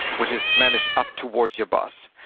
which is manage up towards your boss,